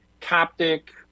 Coptic